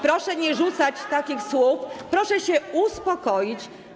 Proszę nie rzucać takich słów, proszę się uspokoić.